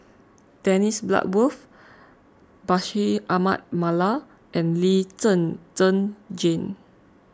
Dennis Bloodworth Bashir Ahmad Mallal and Lee Zhen Zhen Jane